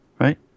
right